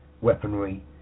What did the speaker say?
weaponry